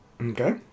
Okay